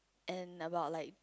and about like